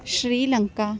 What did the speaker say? Sri Lanka